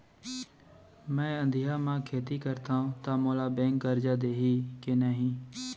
मैं अधिया म खेती करथंव त मोला बैंक करजा दिही के नही?